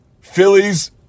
Phillies